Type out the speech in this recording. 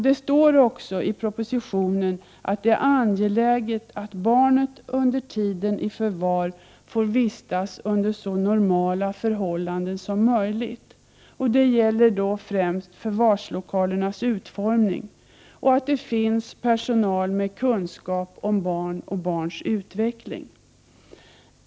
Det står också i propositionen att det är angeläget att barnet under tiden i förvar får vistas under så normala förhållanden som möjligt. Det gäller då främst förvarslokalernas utformning och att det finns personal med kunskap om barn och barns utveckling.